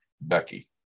Becky